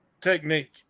technique